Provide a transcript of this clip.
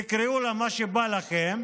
תקראו לה מה שבא לכם,